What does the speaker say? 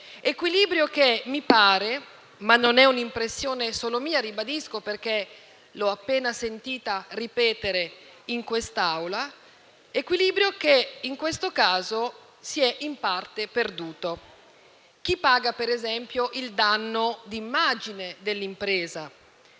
Equilibrio che mi pare - ma non è un'impressione solo mia, lo ribadisco, perché l'ho appena sentita ripetere in quest'Aula - in questo caso si sia in parte perduto. Chi paga, ad esempio, il danno d'immagine dell'impresa?